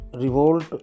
revolt